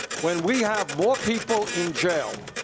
when we have more people in jail,